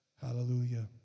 Hallelujah